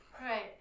right